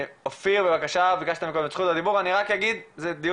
אופיר בבקשה, אתה ביקשת מקודם את זכות הדיבור.